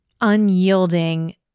unyielding